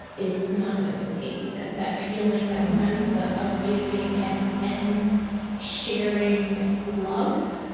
is synonymous with haiti. that that feeling, that sense ah of giving and and sharing love,